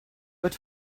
but